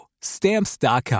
Stamps.com